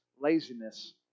laziness